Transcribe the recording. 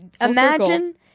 Imagine